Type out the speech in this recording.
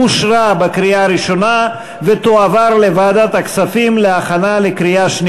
2013, לוועדת הכספים נתקבלה.